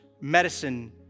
medicine